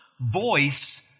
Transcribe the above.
voice